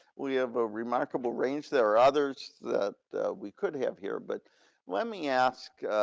we have a remarkable range. there are others that we could have here but let me ask,